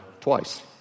twice